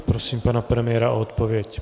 Prosím pana premiéra o odpověď.